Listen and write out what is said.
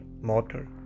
mortar